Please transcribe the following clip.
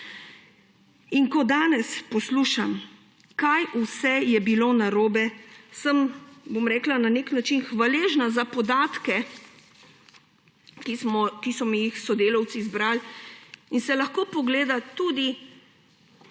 Ko danes poslušam, kaj vse je bilo narobe, sem na nek način hvaležna za podatke, ki so mi jih sodelavci zbrali, in se lahko pogleda tudi